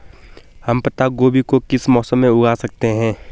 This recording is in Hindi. हम पत्ता गोभी को किस मौसम में उगा सकते हैं?